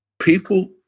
people